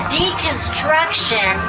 deconstruction